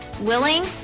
willing